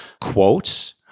quotes